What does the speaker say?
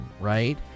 right